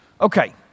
Okay